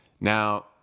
Now